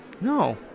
No